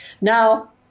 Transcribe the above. Now